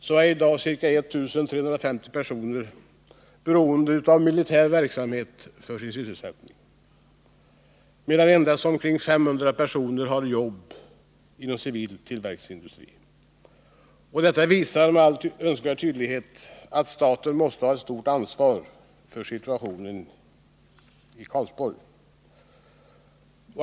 finner vi att ca 1350 personer i dag är beroende av militär verksamhet för sin sysselsättning, medan endast omkring 500 personer har jobb inom civil tillverkningsindustri. Detta visar med all önskvärd tydlighet att staten måste ha ett stort ansvar för situationen i Karlsborg.